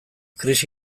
krisi